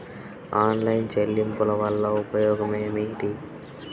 Online చెల్లింపుల వల్ల ఉపయోగమేమిటీ?